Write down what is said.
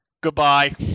Goodbye